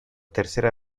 tercera